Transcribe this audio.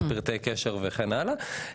פרטי קשר וכן הלאה.